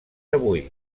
avui